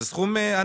יש כאן סכום ענק.